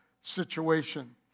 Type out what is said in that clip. situation